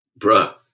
Bruh